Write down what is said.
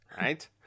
Right